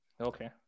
Okay